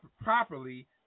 properly